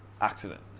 accident